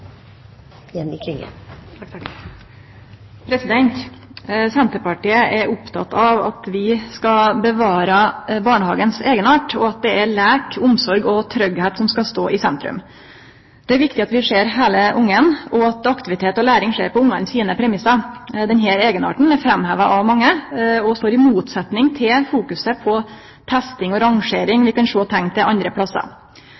eit inkluderande fellesskap Senterpartiet er oppteke av at vi skal bevare barnehagens eigenart, og at det er leik, omsorg og tryggleik som skal stå i sentrum. Det er viktig at vi ser heile ungen, og at aktivitet og læring skjer på ungen sine premissar. Denne eigenarten er framheva av mange, og står i motsetning til fokuset på testing og rangering